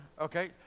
Okay